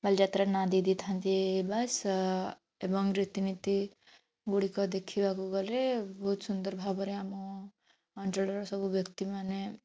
ବାଲିଯାତ୍ରା ନାଁ ଦେଇ ଦେଇଥାନ୍ତି ବାସ୍ ଏବଂ ରୀତିନୀତି ଗୁଡ଼ିକ ଦେଖିବାକୁ ଗଲେ ବହୁତ ସୁନ୍ଦର ଭାବରେ ଆମ ଅଞ୍ଚଳର ସବୁ ବ୍ୟକ୍ତିମାନେ